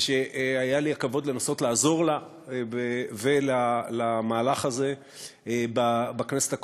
והיה לי הכבוד לנסות לעזור לה ולמהלך הזה בכנסת הקודמת,